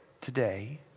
today